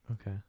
Okay